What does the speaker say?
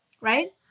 right